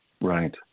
Right